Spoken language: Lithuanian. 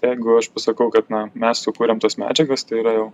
jeigu aš pasakau kad na mes sukūrėm tas medžiagas tai yra jau